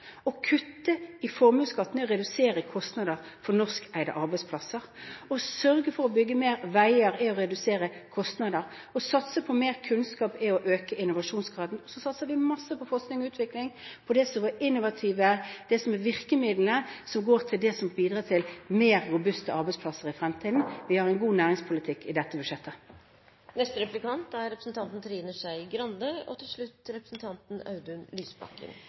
Å kutte i formuesskatten er å redusere kostnader for norskeide arbeidsplasser, å sørge for å bygge mer veier er å redusere kostnader, å satse på mer kunnskap er å øke innovasjonsgraden. Så satser vi masse på forskning og utvikling, på innovative virkemidler, som bidrar til mer robuste arbeidsplasser i fremtiden. Vi har en god næringspolitikk i dette budsjettet.